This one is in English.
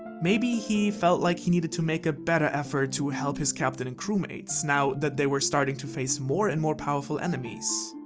maybe he felt like he needed to make a better effort to help his captain and crewmates, now that they were starting to face more and more powerful enemies.